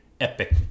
epic